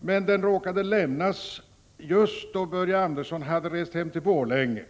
men den råkade lämna sitt betänkande just då Börje Andersson hade rest hem till Borlänge.